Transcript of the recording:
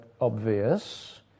obvious